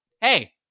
hey